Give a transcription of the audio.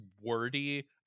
wordy